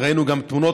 וראינו גם תמונות,